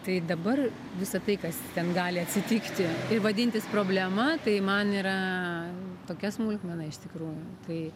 tai dabar visa tai kas ten gali atsitikti ir vadintis problema tai man yra tokia smulkmena iš tikrųjų tai